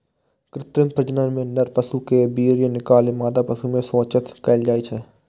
कृत्रिम प्रजनन मे नर पशु केर वीर्य निकालि मादा पशु मे सेचित कैल जाइ छै